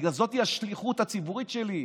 בגלל שזאת השליחות הציבורית שלי.